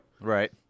right